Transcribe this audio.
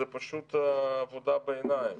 זו פשוט עבודה בעיניים.